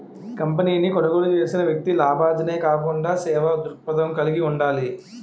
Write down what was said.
కంపెనీని కొనుగోలు చేసిన వ్యక్తి లాభాజనే కాకుండా సేవా దృక్పథం కలిగి ఉండాలి